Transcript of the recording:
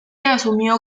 asumió